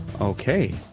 Okay